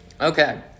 Okay